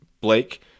Blake